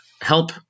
help